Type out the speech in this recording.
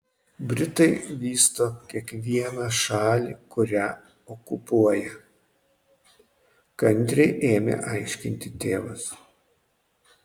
britai vysto kiekvieną šalį kurią okupuoja kantriai ėmė aiškinti tėvas